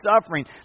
suffering